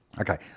Okay